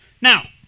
Now